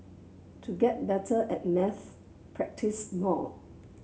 to get better at maths practise more